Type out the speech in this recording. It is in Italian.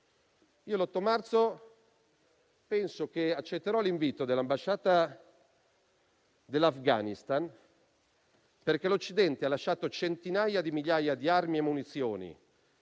che l'8 marzo accetterò l'invito dell'ambasciata dell'Afghanistan, perché l'Occidente ha lasciato centinaia di migliaia di armi e munizioni